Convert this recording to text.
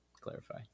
Clarify